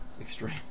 extreme